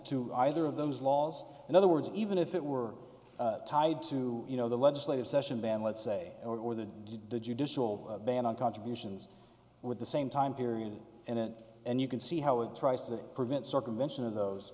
to either of those laws in other words even if it were tied to you know the legislative session ban let's say or the judicial ban on contributions with the same time period and it and you can see how it tries to prevent circumvention of those